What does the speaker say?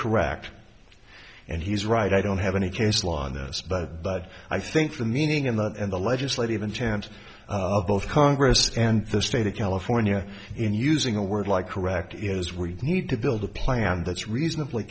correct and he's right i don't have any case law on this but but i think the meaning of that and the legislative intent of both congress and the state of california in using a word like correct is we need to build a plan that's reasonably